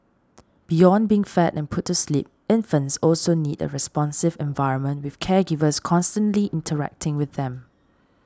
beyond being fed and put to sleep infants also need a responsive environment with caregivers constantly interacting with them